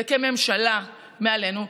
וכממשלה מעלינו,